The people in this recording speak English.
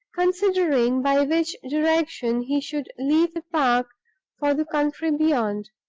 considering, by which direction he should leave the park for the country beyond.